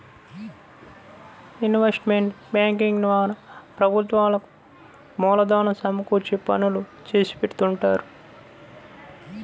investment banking ద్వారా ప్రభుత్వాలకు మూలధనం సమకూర్చే పనులు చేసిపెడుతుంటారు